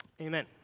Amen